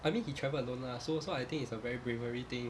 I mean he travel alone lah so so I think it's a very bravery thing